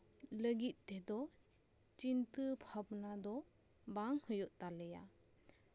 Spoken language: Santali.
ᱞᱟᱹᱜᱤᱫ ᱛᱮᱫᱚ ᱪᱤᱱᱛᱟᱹ ᱵᱷᱟᱵᱱᱟ ᱫᱚ ᱵᱟᱝ ᱦᱳᱭᱳᱜ ᱛᱟᱞᱮᱭᱟ